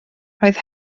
roedd